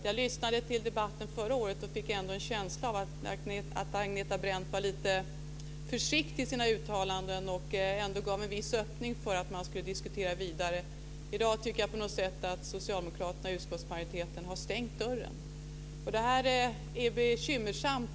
Jag lyssnade till debatten förra året och fick en känsla av att Agneta Brendt var lite försiktig i sina uttalanden men ändå gav en viss öppning för att man skulle diskutera vidare. I dag tycker jag att socialdemokraterna och utskottsmajoriteten har stängt dörren. Det här är bekymmersamt.